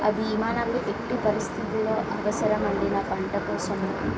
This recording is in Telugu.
అవి వివరాలు ఎట్టి పరిస్థితిలో అవసరం అండి నా పంట కోసం